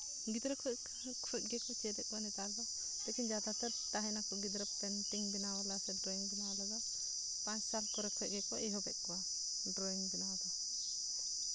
ᱜᱤᱫᱽᱨᱟᱹ ᱠᱷᱚᱱ ᱜᱮᱠᱚ ᱪᱮᱫ ᱮᱫ ᱠᱚᱣᱟ ᱱᱮᱛᱟᱨ ᱫᱚ ᱞᱮᱠᱤᱱ ᱡᱟᱫᱟ ᱛᱚ ᱛᱟᱦᱮᱱᱟᱠᱚ ᱜᱤᱫᱽᱨᱟᱹ ᱥᱮ ᱰᱨᱚᱭᱤᱝ ᱵᱮᱱᱟᱣ ᱨᱮᱫᱚ ᱯᱟᱸᱪ ᱥᱟᱞ ᱠᱚᱨᱮ ᱠᱷᱚᱱ ᱜᱮᱠᱚ ᱮᱦᱚᱵᱮᱫ ᱠᱚᱣᱟ ᱰᱨᱚᱭᱤᱝ ᱵᱮᱱᱟᱣ ᱫᱚ